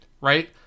right